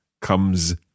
comes